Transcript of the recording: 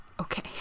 okay